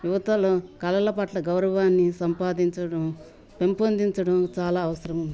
యువతలో కళల పట్ల గౌరవాన్ని సంపాదించడం పెంపొందించడం చాలా అవసరం